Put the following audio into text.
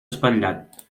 espatllat